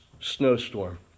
snowstorm